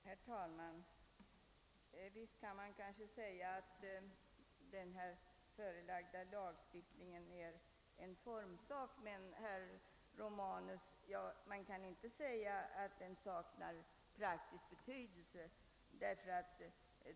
Herr talman! Visst kan man kanske säga att den föreslagna lagstiftningen gäller en formsak, men man kan inte säga att den är utan praktisk betydelse, herr Romanus.